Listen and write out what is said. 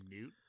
newt